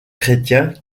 chrétiens